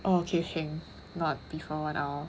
okay heng not before one hour